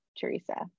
Teresa